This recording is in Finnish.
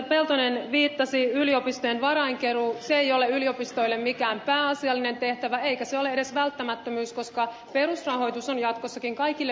peltonen viittasi ei ole yliopistoille mikään pääasiallinen tehtävä eikä se ole edes välttämättömyys koska perusrahoitus on jatkossakin kaikille yliopistoille taattu